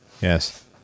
yes